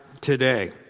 today